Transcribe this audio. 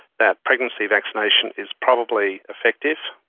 that pregnancy vaccination is probably effective,